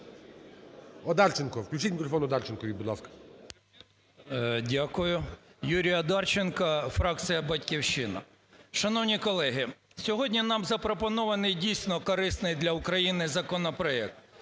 Дякую. Юрій Одарченко, фракція "Батьківщина". Шановні колеги! Сьогодні нам запропонований дійсно корисний для України законопроект.